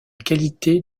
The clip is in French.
qualité